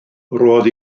roedd